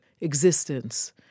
existence